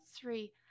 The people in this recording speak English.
three